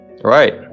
right